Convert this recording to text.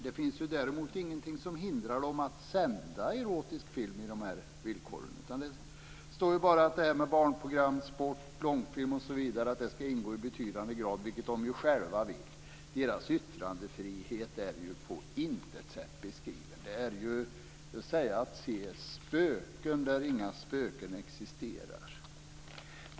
Det finns däremot ingenting i de här villkoren som hindrar dem att sända erotisk film. Det står bara att barnprogram, sport, långfilm osv. skall ingå i betydande grad, vilket de själva vill. Deras yttrandefrihet är på intet sätt beskuren. Att säga det är att se spöken där inga spöken existerar.